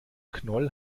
knoll